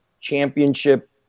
championship